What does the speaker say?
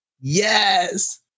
Yes